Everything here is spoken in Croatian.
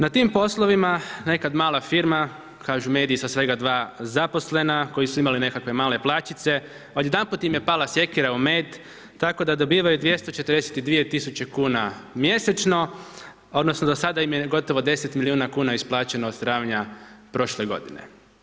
Na tim poslovima nekad mala firma, kažu mediji sa svega 2 zaposlena koji su imali nekakve male plaćice, odjedanput im je pala sjekira u med tako da dobivaju 242 000 kuna mjesečno odnosno do sada im je gotovo 10 milijuna kuna isplaćeno od travnja prošle godine.